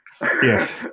Yes